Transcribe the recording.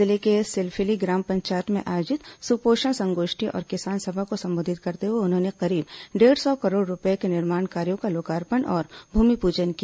जिले के सिलफिली ग्राम पंचायत में आयोजित सुपोषण संगोष्ठी और किसान सभा को संबोधित करते हुए उन्होंने करीब डेढ़ सौ करोड़ रूपये के निर्माण कार्यों का लोकार्पण और भूमिपूजन किया